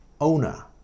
owner